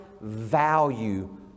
value